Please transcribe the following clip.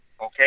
okay